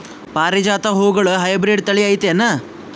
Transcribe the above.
ಪಾರಿಜಾತ ಹೂವುಗಳ ಹೈಬ್ರಿಡ್ ಥಳಿ ಐತೇನು?